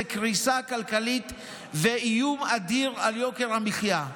זו קריסה כלכלית ואיום אדיר של יוקר המחיה.